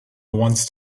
once